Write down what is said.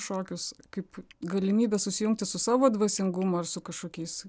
šokius kaip galimybė susijungti su savo dvasingumu ar su kažkokiais